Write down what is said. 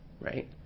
right